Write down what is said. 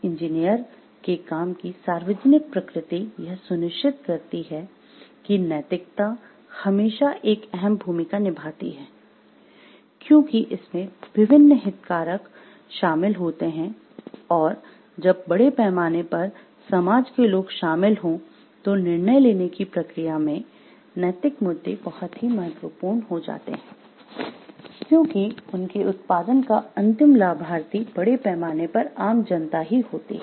engineer के काम की सार्वजनिक प्रकृति यह सुनिश्चित करती है कि नैतिकता हमेशा एक अहम् भूमिका निभाती है क्योंकि इसमें विभिन्न हितधारक शामिल होते हैं और जब बड़े पैमाने पर समाज के लोग शामिल हो तो निर्णय लेने की प्रक्रिया में नैतिक मुद्दे बहुत ही महत्वपूर्ण हो जाते हैं क्योंकि उनके उत्पादन का अंतिम लाभार्थी बड़े पैमाने पर आम जनता ही होती हैं